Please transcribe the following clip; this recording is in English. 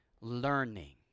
Learning